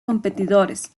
competidores